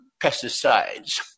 pesticides